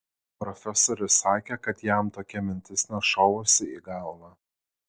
profesorius sakė kad jam tokia mintis nešovusi į galvą